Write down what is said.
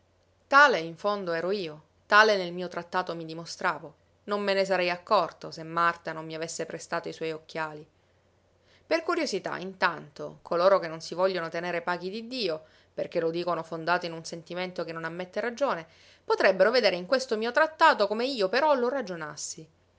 tale in fondo ero io tale nel mio trattato mi dimostravo non me ne sarei accorto se marta non mi avesse prestato i suoi occhiali per curiosità intanto coloro che non si vogliono tener paghi di dio perché lo dicono fondato in un sentimento che non ammette ragione potrebbero vedere in questo mio trattato come io però lo ragionassi